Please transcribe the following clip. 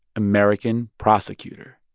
american prosecutor